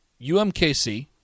UMKC